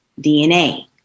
DNA